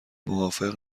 موافق